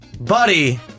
buddy